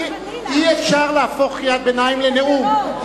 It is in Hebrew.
אי-אפשר להפוך קריאת ביניים לנאום.